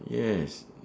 yes